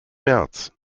märz